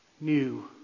new